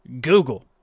Google